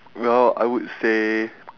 well I would say